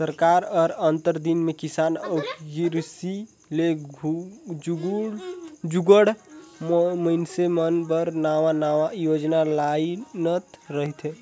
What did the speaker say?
सरकार हर आंतर दिन किसान अउ किरसी ले जुड़ल मइनसे मन बर नावा नावा योजना लानत रहथे